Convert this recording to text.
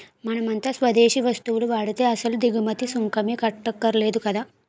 మనమంతా స్వదేశీ వస్తువులు వాడితే అసలు దిగుమతి సుంకమే కట్టక్కర్లేదు కదా